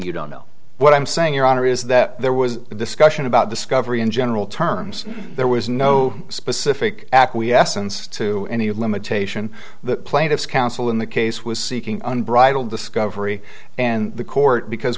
you don't know what i'm saying your honor is that there was discussion about discovery in general terms there was no specific acquiescence to any of limitation the plaintiffs counsel in the case was seeking unbridled discovery and the court because